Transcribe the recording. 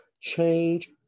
change